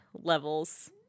levels